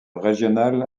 régional